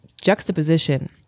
juxtaposition